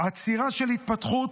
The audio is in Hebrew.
עצירה של התפתחות,